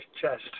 chest